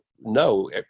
No